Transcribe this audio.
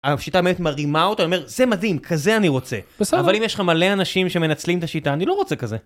השיטה באמת מרימה אותו, היא אומרת, זה מדהים, כזה אני רוצה. בסדר. אבל אם יש לך מלא אנשים שמנצלים את השיטה, אני לא רוצה כזה.